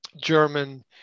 German